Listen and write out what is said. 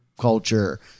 culture